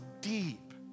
deep